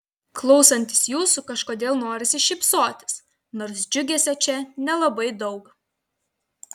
klausantis jūsų kažkodėl norisi šypsotis nors džiugesio čia nelabai daug